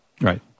Right